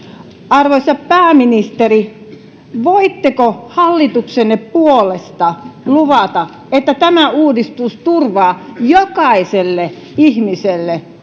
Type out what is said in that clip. arvoisa pääministeri voitteko hallituksenne puolesta luvata että tämä uudistus turvaa jokaiselle ihmiselle